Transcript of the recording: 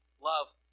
love